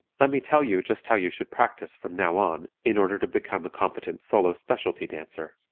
let me tell you just how you should practice from now on in order to become a competent solo specialty dancer.